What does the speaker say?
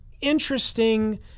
interesting